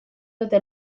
dute